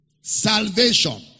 Salvation